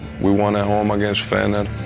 we won at home against fener.